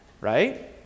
right